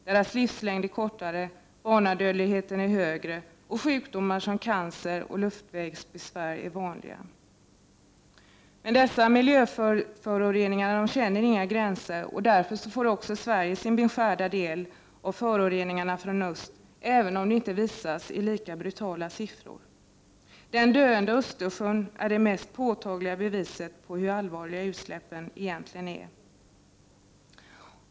Deras livslängd är kortare, barnadödligheten är högre, och sjukdomar som luftvägsbesvär och cancer är vanliga. Miljöföroreningar känner dock inga gränser, och därför får Sverige också sin beskärda del av föroreningarna från öst, även om de inte visar sig i lika brutala siffror. Den döende Östersjön är det mest påtagliga beviset på hur allvarliga utsläppen är.